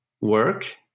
work